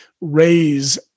raise